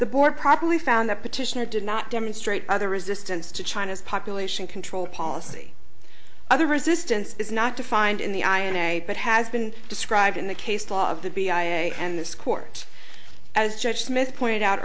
the board probably found that petitioner did not demonstrate other resistance to china's population control policy other resistance is not defined in the i and a but has been described in the case law of the b i a and this court as church smith pointed out